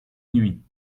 nuit